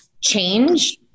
change